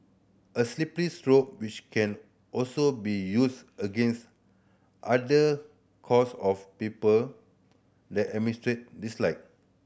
a slippery slope which can also be used against other cause of people the dislike